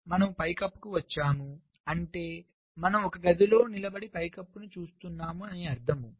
మనము పైకప్పుకు వచ్చాము అంటే మనము ఒక గదిలో నిలబడి పైకప్పును చూస్తున్నాము అని అర్థం